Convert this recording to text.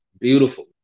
beautiful